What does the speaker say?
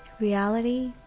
Reality